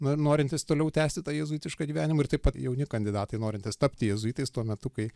norintys toliau tęsti tą jėzuitišką gyvenimą ir taip pat jauni kandidatai norintys tapti jėzuitais tuo metu kai